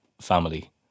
family